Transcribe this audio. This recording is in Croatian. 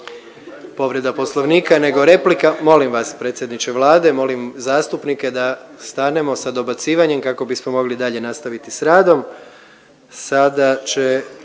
povreda Poslovnika nego replika. Molim vas predsjedniče Vlade, molim zastupnike da stanemo sa dobacivanjem kako bismo mogli dalje nastaviti sa radom.